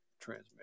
transmission